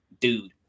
dude